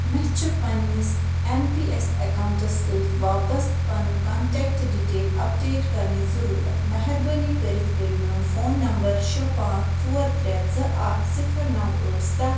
مےٚ چھِ پننِس ایٚن پی ایٚس ایٚکاونٛٹس سۭتۍ وابستہٕ پنُن کۄنٹیکٹہٕ ڈِٹیل اپڈیٹ کرنٕچ ضُروٗرت مہربٲنی کٔرِتھ کٔرِو میٛون فون نمبر شےٚ پانٛژھ ژور ترٛےٚ زٕ اکھ صِفر نَو ٲٹھ سَتھ